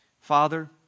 Father